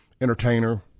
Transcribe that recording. Entertainer